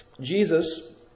Jesus